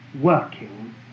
working